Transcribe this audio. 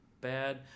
bad